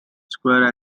square